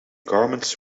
garments